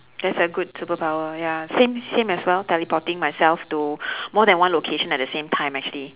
that's a good superpower ya same same as well teleporting myself to more than one location at the same time actually